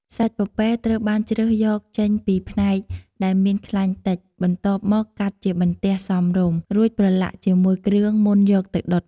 សាច់ពពែត្រូវបានជ្រើសយកចេញពីផ្នែកដែលមានខ្លាញ់តិច បន្ទាប់មកកាត់ជាបន្ទះសមរម្យ រួចប្រឡាក់ជាមួយគ្រឿងមុនយកទៅដុត។